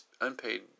unpaid